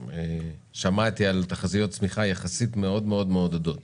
שמעתי על תחזיות צמיחה יחסית מעודדות מאוד.